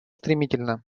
стремительно